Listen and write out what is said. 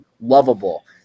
Lovable